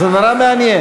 זה נורא מעניין.